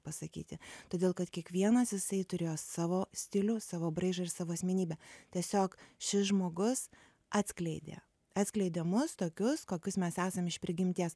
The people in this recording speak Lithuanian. pasakyti todėl kad kiekvienas jisai turėjo savo stilių savo braižą ir savo asmenybę tiesiog šis žmogus atskleidė atskleidė mus tokius kokius mes esam iš prigimties